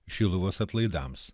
šiluvos atlaidams